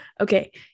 okay